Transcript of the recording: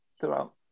throughout